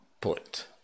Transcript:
put